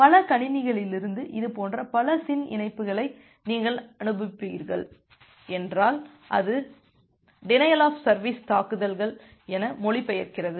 பல கணினிகளிலிருந்து இதுபோன்ற பல SYN இணைப்புகளை நீங்கள் அனுப்புகிறீர்கள் என்றால் அது டிணையல் ஆப் சர்வீஸ் தாக்குதல்கள் என மொழிபெயர்க்கிறது